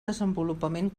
desenvolupament